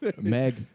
Meg